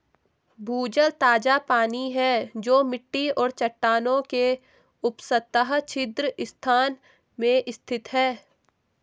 भूजल ताजा पानी है जो मिट्टी और चट्टानों के उपसतह छिद्र स्थान में स्थित है